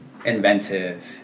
inventive